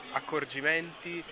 accorgimenti